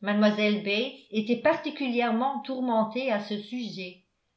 mlle bates était particulièrement tourmentée à ce sujet